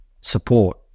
support